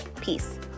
Peace